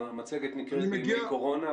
המצגת נקראת בימי קורונה,